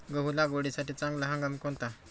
गहू लागवडीसाठी चांगला हंगाम कोणता?